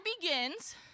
begins